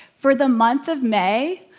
for the month of may,